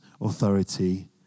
authority